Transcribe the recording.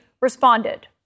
responded